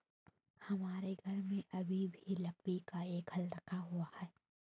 हमारे घर में अभी भी लकड़ी का एक हल रखा हुआ है